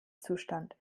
zustand